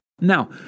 Now